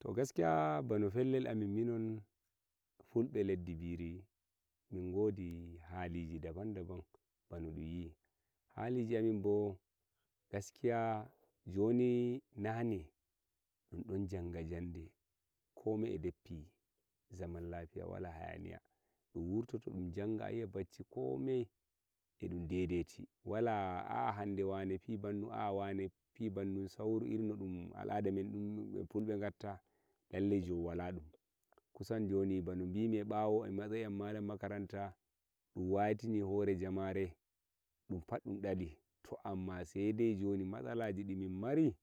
To gaskiya bano fellel amin minon fulɓe leddi biri min godi haliji daban daban ego bano dunyi hali ji amin bo gaskiya joni nane dundon janga jande kome e deppi zaman nane wala hayaniya dun urototo dun janga ayi'ai bacci komai edun daidaiti wala can hande wala wane a a fi banduna a a wane fi bendun sauri dum aladamen iri jon wela dum kusan joni bano bimi eh ɓawo eh matsayi am malam makaranta dun witini hore jamare dunpat dun ɗali to amman sai dai joni matsakaji ɗimin mari